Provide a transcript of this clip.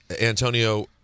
Antonio